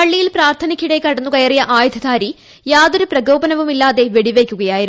പള്ളിയിൽ പ്രാർത്ഥനയ്ക്കിടെ കടന്നൂകയറിയ ആയുധധാരി യാതൊരു പ്രകോപനവുമില്ലാതെ വെടിവയ്ക്കുകയായിരുന്നു